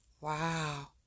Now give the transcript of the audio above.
Wow